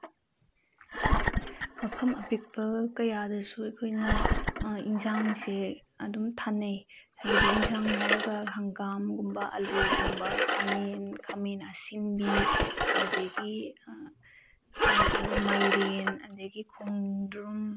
ꯃꯐꯝ ꯑꯄꯤꯛꯄ ꯀꯌꯥꯗꯁꯨ ꯑꯩꯈꯣꯏꯅ ꯑꯦꯟꯁꯥꯡꯁꯦ ꯑꯗꯨꯝ ꯊꯥꯅꯩ ꯍꯥꯏꯕꯗꯤ ꯑꯦꯟꯁꯥꯡ ꯍꯥꯏꯔꯒ ꯍꯪꯒꯥꯝꯒꯨꯝꯕ ꯑꯥꯜꯂꯨꯒꯨꯝꯕ ꯈꯥꯃꯦꯟ ꯈꯥꯃꯦꯟ ꯑꯁꯤꯟꯕꯤ ꯑꯗꯒꯤ ꯃꯥꯏꯔꯦꯟ ꯑꯗꯒꯤ ꯈꯣꯡꯗ꯭ꯔꯨꯝ